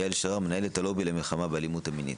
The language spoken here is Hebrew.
יעל שרר מנהלת הקרן למלחמה באלימות מינית.